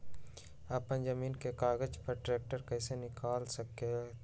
अपने जमीन के कागज पर ट्रैक्टर कैसे निकाल सकते है?